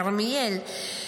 כרמיאל,